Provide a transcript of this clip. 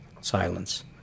silence